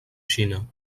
xina